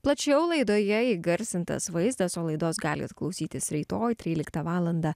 plačiau laidoje įgarsintas vaizdas o laidos galit klausytis rytoj tryliktą valandą